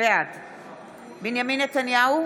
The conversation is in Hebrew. בעד בנימין נתניהו,